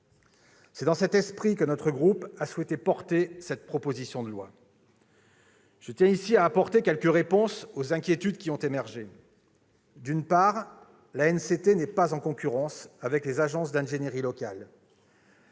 C'est dans cet esprit que notre groupe a souhaité porter cette proposition de loi. Je tiens ici à apporter quelques réponses aux inquiétudes qui ont émergé. D'une part, l'ANCT n'est pas en concurrence avec les agences d'ingénierie locales,